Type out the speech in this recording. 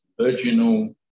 virginal